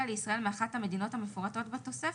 לישראל מאחת המדינות המפורטות בתוספת,